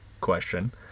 question